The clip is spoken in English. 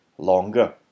longer